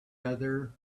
other